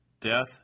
death